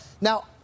now